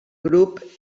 grup